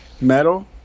metal